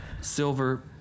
silver